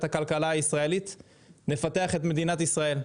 הכלכלה הישראלית נפתח את מדינת ישראל,